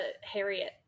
Harriet